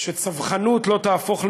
שצווחנות לא תהפוך למדיניות,